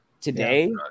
today